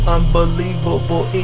Unbelievable